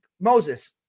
Moses